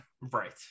Right